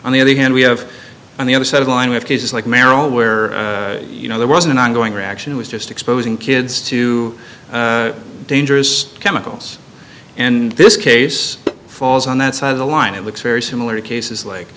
on the other hand we have on the other side lined with cases like merrill where you know there was an ongoing reaction was just exposing kids to dangerous chemicals in this case falls on that side of the line it looks very similar to cases like